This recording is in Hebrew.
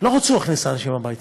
לא רצו להכניס הביתה,